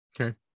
Okay